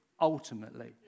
ultimately